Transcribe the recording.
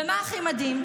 ומה הכי מדהים?